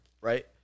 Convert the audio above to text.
right